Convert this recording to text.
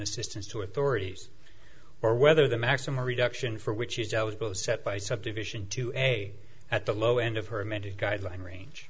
assistance to authorities or whether the maximum reduction for which is set by subdivision to a at the low end of her mental guideline range